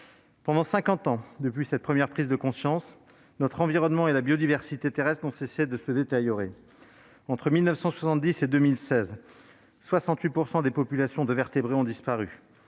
cinquante ans, depuis cette première prise de conscience, notre environnement et la biodiversité terrestre n'ont cessé de se détériorer. Entre 1970 et 2016, près de 68 % des populations de vertébrés ont disparu.